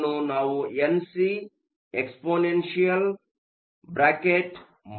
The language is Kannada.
ಇದನ್ನು ನಾವು Nc exp kT ಎಂದು ಬರೆಯಬಹುದು